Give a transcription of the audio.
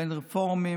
בין הרפורמים